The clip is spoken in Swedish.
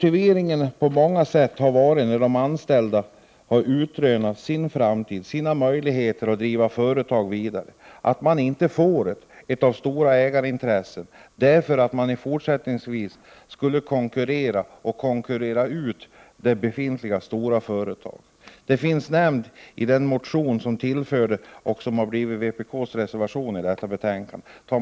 I många fall, där de anställda har tänkt på sin framtid och försökt utröna möjligheterna att driva ett företag vidare men fått nej av de stora ägarintressena, har motiveringen varit att de i fortsättningen skulle kunna konkurrera med och konkurrera ut det befintliga stora företaget. Detta nämns i den motion som behandlas i betänkandet och som vpk:s reservation 10 bygger på.